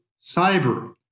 cyber